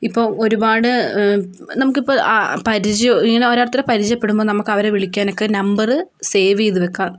ഇപ്പം ഒരുപാട് നമുക്കിപ്പോൾ പരിചയം ഇങ്ങനെ ഓരോരുത്തരെ പരിചയപ്പെടുമ്പോൾ നമുക്കവരെ വിളിക്കാനൊക്കെ നമ്പറ് സേവ് ചെയ്ത് വെക്കാൻ